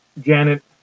Janet